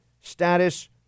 status